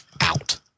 out